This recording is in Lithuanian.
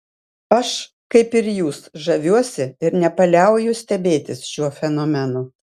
aš kaip ir jūs žaviuosi ir nepaliauju stebėtis šiuo fenomenu